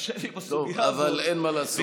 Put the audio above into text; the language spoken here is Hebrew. קשה לי בסוגיה הזאת, אבל אין מה לעשות.